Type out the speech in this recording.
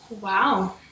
Wow